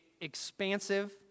expansive